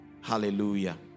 Hallelujah